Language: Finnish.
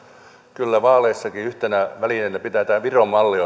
kyllä vaaleissakin yhtenä välineenä pitää tämä viron malli